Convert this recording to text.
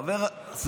דרך אגב.